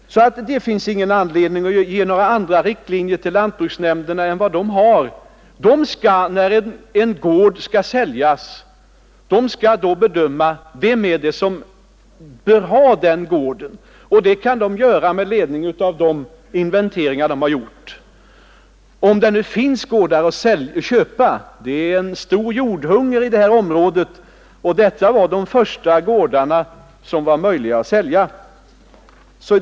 Det finns ingen anledning att ge lantbruksnämnderna några andra riktlinjer än de de har; de skall när en gård skall säljas bedöma vem som bör få köpa den. Det kan de göra med ledning av de inventeringar de har gjort. I detta område råder det en stor jordhunger, och detta var de första gårdar som var möjliga att köpa.